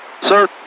Sir